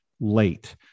late